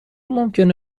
ممکنه